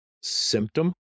symptom